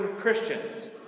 Christians